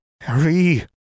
Harry